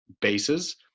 bases